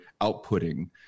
outputting